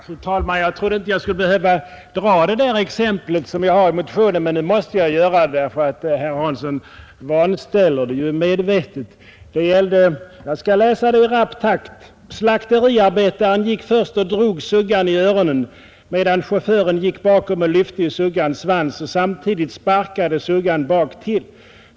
Fru talman! Jag trodde inte jag skulle behöva dra det exempel som står i min motion, men nu måste jag göra det eftersom herr Hansson i Skegrie medvetet vanställer det: ”Slakteriarbetaren gick först och drog suggan i öronen, medan chauffören gick bakom och lyfte i suggans svans och samtidigt sparkade suggan baktill.